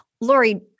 Lori